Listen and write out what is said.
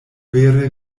vere